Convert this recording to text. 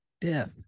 Death